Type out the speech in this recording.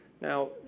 Now